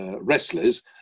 Wrestlers